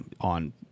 on